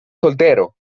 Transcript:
soltero